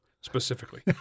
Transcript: specifically